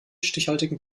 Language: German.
stichhaltigen